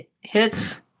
hits